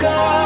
God